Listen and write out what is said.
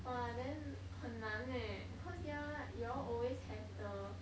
!wah! then 很难 leh cause ya you all always have the